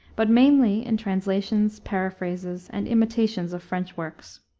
but mainly in translations, paraphrases, and imitations of french works.